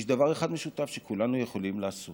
יש דבר אחד משותף שכולנו יכולים לעשות